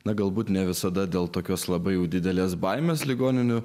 na galbūt ne visada dėl tokios labai jau didelės baimės ligoninių